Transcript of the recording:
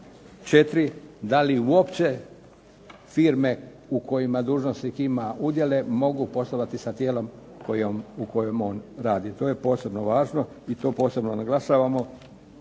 4. da li uopće firme u kojima dužnosnik ima udjele mogu poslovati sa tijelom u kojem on radi, to je posebno važno i to posebno naglašavamo